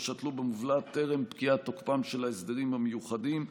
שתלו במובלעת טרם פקיעת תוקפם של ההסדרים המיוחדים.